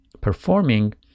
performing